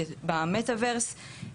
זה ציטוט מדברים שקרו לא בארץ,